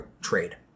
trade